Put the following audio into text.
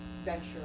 venture